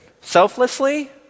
Selflessly